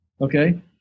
Okay